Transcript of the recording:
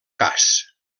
cas